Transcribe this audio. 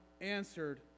answered